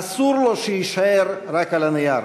אסור לו שיישאר רק על הנייר.